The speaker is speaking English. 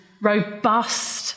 robust